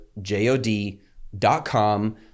jod.com